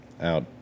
out